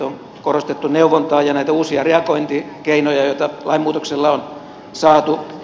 on korostettu neuvontaa ja näitä uusia reagointikeinoja joita lainmuutoksella on saatu